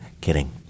Kidding